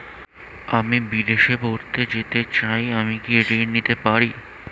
আমি বিদেশে পড়তে যেতে চাই আমি কি ঋণ পেতে পারি?